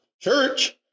church